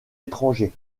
étrangers